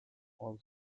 all